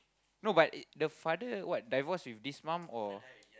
no but eh the father what divorce with this mom or